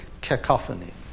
cacophony